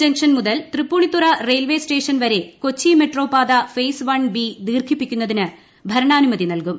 junction മുതൽപത്ര്യ്പ്പുണിത്തുറ railway station വരെ Kochi metro പാത ര്ഷ്ട്സ് വൺ ബി ദീർഘിപ്പിക്കുന്ന തിന് ഭരണാനുമതി നൽകും